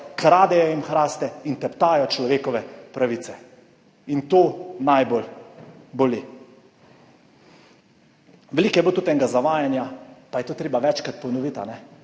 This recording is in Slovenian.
kradejo jim hraste in teptajo človekove pravice. In to najbolj boli. Veliko je bilo tudi enega zavajanja, pa je to treba večkrat ponoviti,